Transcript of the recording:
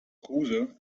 kruse